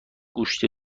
گوشت